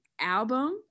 album